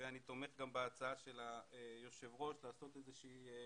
ואני תומך בהצעה של היושב ראש לעשות איזשהו